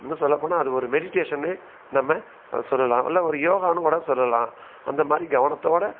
இன்னும் சொல்லப்போனால் அது ஒரு மெடிடேஷன்னே நம்ம சொல்லலாம் இல்லை ஒரு யோகான்னு கூட சொல்லலாம் அந்த மாதிரி கவனத்தோடு